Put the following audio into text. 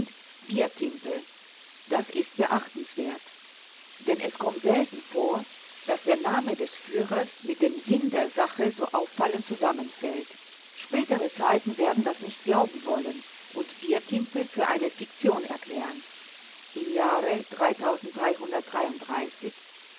biertimpel das ist beachtenswert denn es kommt selten vor daß der name des führers mit dem sinn der sache so auffallend zusammenfällt spätere zeiten werden das nicht glauben wollen und biertimpel für eine fiktion erklären im jahre